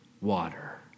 water